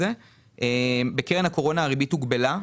בקרן הקורונה הריבית הוגבלה.